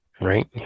right